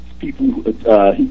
People